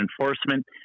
enforcement